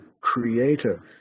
creator